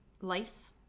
lice